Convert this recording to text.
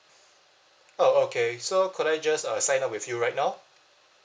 uh okay so could I just uh sign up with you right now